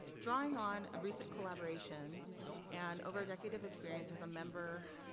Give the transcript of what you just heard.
drawing on a recent collaboration and over a decade of experience as a member,